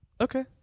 Okay